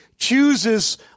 chooses